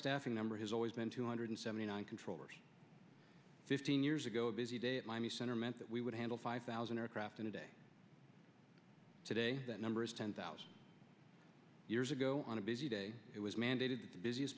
staffing number has always been two hundred seventy nine controllers fifteen years ago a busy day at miami center meant that we would handle five thousand aircraft in a day today that number is ten thousand years ago on a busy day it was mandated that the busiest